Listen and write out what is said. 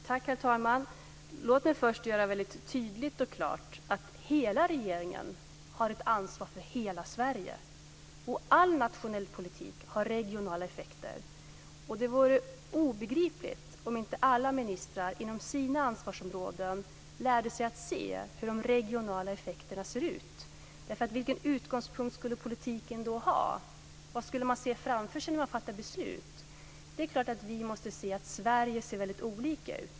Herr talman! Låt mig först göra väldigt tydligt och klart att hela regeringen har ett ansvar för hela Sverige och att all nationell politik har regionala effekter. Det vore obegripligt om inte alla ministrar inom sina ansvarsområden lärde sig att se hur de regionala effekterna ser ut. Vilken utgångspunkt skulle politiken då ha? Vad skulle man se framför sig när man fattar beslut? Det är klart att vi måste se att Sverige ser väldigt olika ut.